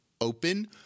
open